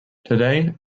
today